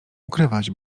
ukrywać